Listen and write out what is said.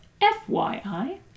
FYI